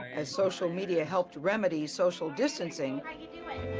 and social media helped remedy social distancing.